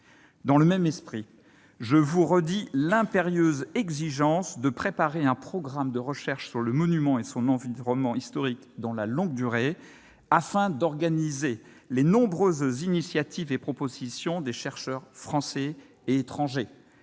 Dans le même esprit, je vous redis l'impérieuse exigence de préparer un programme de recherche sur le monument et son environnement historique dans la longue durée, afin d'organiser les nombreuses initiatives et propositions des chercheurs français et étrangers.